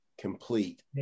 complete